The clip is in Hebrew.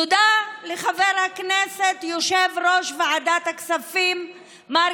תודה לחבר הכנסת יושב-ראש ועדת הכספים מר